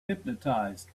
hypnotized